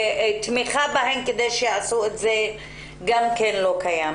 ותמיכה בהן כדי שיעשו את זה גם כן לא קיימת.